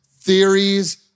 theories